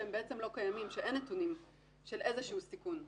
שלמעשה אין נתונים של איזשהו סיכון?